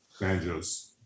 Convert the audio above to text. Banjos